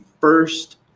first